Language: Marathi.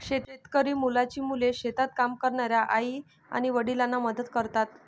शेतकरी मुलांची मुले शेतात काम करणाऱ्या आई आणि वडिलांना मदत करतात